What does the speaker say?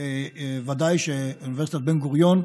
ודאי שאוניברסיטת בן-גוריון,